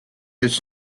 its